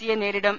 സിയെ നേരിടും